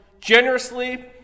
generously